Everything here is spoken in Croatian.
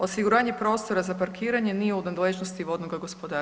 Osiguranje prostora za parkiranje nije u nadležnosti vodnoga gospodarstva.